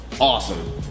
Awesome